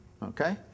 Okay